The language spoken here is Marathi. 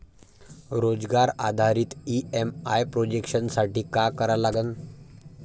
रोजगार आधारित ई.एम.आय प्रोजेक्शन साठी का करा लागन?